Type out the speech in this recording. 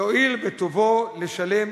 יואיל בטובו לשלם,